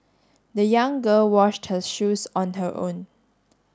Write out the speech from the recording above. the young girl washed her shoes on her own